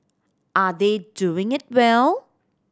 are they doing it well